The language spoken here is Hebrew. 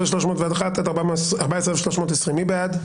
14,161 עד 14,180, מי בעד?